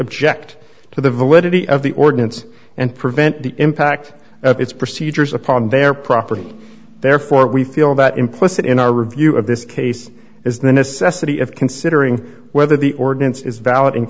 object to the validity of the ordinance and prevent the impact of its procedures upon their property therefore we feel that implicit in our review of this case is the necessity of considering whether the ordinance is valid and